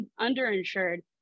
underinsured